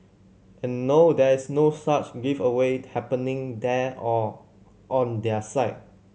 and no there is no such giveaway happening there or on their site